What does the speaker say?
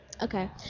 Okay